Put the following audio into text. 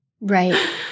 Right